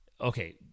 okay